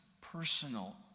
personal